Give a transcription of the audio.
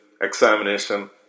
examination